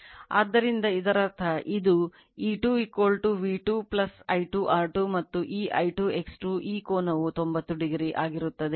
ಆದ್ದರಿಂದ ಇದರರ್ಥ ಇದು E2 V2 I2 R2 ಮತ್ತು ಈ I2 X2 ಈ ಕೋನವು 90 ಡಿಗ್ರಿ ಆಗಿರುತ್ತದೆ